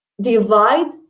divide